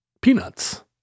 peanuts